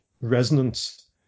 resonance